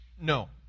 no